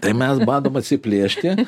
tai mes badom atsiplėšti